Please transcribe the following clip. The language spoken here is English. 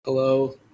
Hello